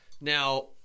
now